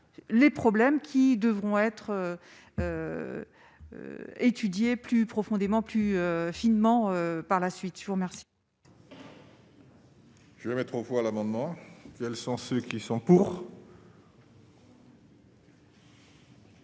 les problèmes qui devront être étudiée plus profondément, plus finement par la suite, je vous remercie. Je vais mettre aux voix l'amendement, elles sont ceux qui sont pour.